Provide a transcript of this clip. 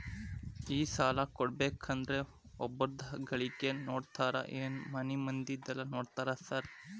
ಈ ಸಾಲ ಕೊಡ್ಬೇಕಂದ್ರೆ ಒಬ್ರದ ಗಳಿಕೆ ನೋಡ್ತೇರಾ ಏನ್ ಮನೆ ಮಂದಿದೆಲ್ಲ ನೋಡ್ತೇರಾ ಸಾರ್?